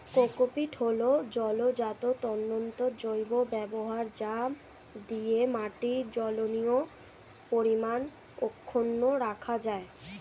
cocopeat হল ফলজাত তন্তুর জৈব ব্যবহার যা দিয়ে মাটির জলীয় পরিমাণ অক্ষুন্ন রাখা যায়